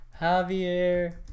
Javier